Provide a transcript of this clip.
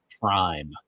prime